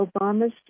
Obama's